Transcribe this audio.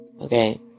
Okay